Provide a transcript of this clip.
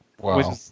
Wow